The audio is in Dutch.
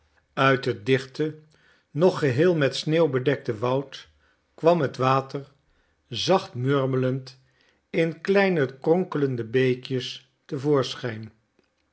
uit het dichte nog geheel met sneeuw bedekte woud kwam het water zacht murmelend in kleine kronkelende beekjes